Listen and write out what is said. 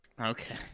Okay